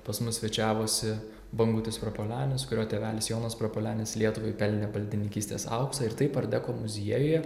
pas mus svečiavosi bangutis prapuolenis kurio tėvelis jonas prapuolenis lietuvai pelnė baldininkystės auksą ir taip art deko muziejuje